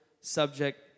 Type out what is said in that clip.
subject